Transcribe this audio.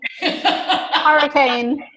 Hurricane